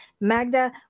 Magda